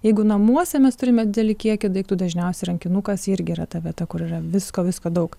jeigu namuose mes turime didelį kiekį daiktų dažniausiai rankinukas irgi yra ta vieta kur yra visko visko daug